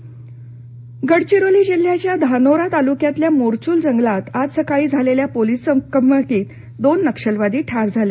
गडचिरोली नक्षल गडचिरोली जिल्ह्याच्या धानोरा तालुक्यातल्या मोरचूल जंगलात आज सकाळी झालेल्या पोलीस चकमकीत दोन नक्षलवादी ठार झाले